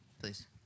Please